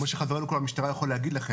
כמו שחברנו פה מהמשטרה יכול להגיד לכם,